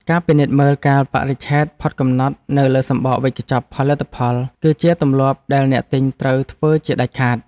ការពិនិត្យមើលកាលបរិច្ឆេទផុតកំណត់នៅលើសំបកវេចខ្ចប់ផលិតផល គឺជាទម្លាប់ដែលអ្នកទិញត្រូវធ្វើជាដាច់ខាត។